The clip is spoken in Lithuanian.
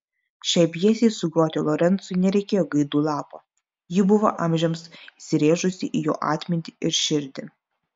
šiai pjesei sugroti lorencui nereikėjo gaidų lapo ji buvo amžiams įsirėžusi į jo atmintį ir širdį